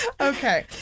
okay